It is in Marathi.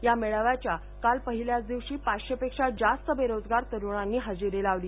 या मेळाव्याच्या काल पहिल्याच दिवशी पाचशे पेक्षा जास्त बेरोजगार तरुणांनी हजेरी लावली